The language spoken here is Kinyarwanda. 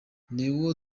leo